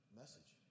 message